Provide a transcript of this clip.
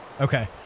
Okay